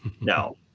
No